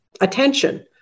attention